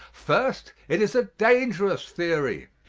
first, it is a dangerous theory.